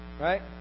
right